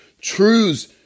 truths